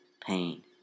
pain